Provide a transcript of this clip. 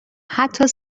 حتی